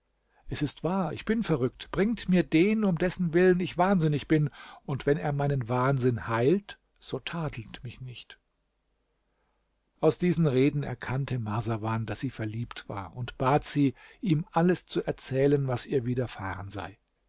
es ist wahr ich bin verrückt bringt mir den um dessen willen ich wahnsinnig bin und wenn er meinen wahnsinn heilt so tadelt mich nicht aus diesen reden erkannte marsawan daß sie verliebt war und bat sie ihm alles zu erzählen was ihr widerfahren sei